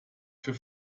für